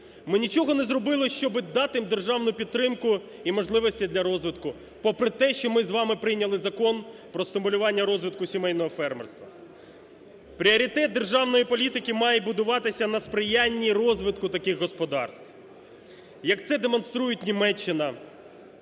Ми нічого не зробили, щоби дати їм державну підтримку і можливості для розвитку попри те, що ми з вами прийняли Закон про стимулювання розвитку сімейного фермерства. Пріоритет державної політики має будуватися на сприянні розвитку таких господарств, як це демонструють Німеччина,